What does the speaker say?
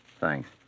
Thanks